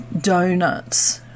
donuts